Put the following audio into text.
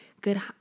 good